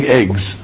eggs